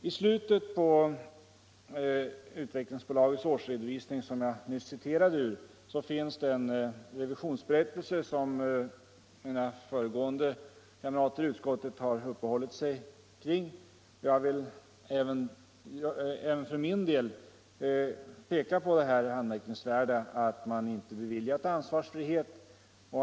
I slutet på Utvecklingsaktiebolagets årsredovisning, som jag nyss citerade ur, finns en revisionsberättelse, som mina kamrater i utskottet förut har uppehållit sig vid. Jag vill även för min del peka på det anmärkningsvärda i att revisorerna inte beviljat ledningen ansvarsfrihet.